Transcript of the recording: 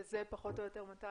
שזה פחות או יותר מתי?